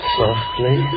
softly